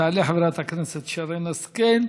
תעלה חברת הכנסת שרן השכל,